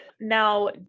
now